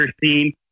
scene